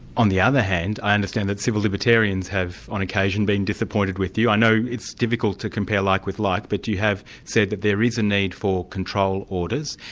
on the other hand, i understand that civil libertarians have, on occasion been disappointed with you. i know it's difficult to compare like with like, but you have said that there is a need for control orders,